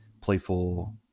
playful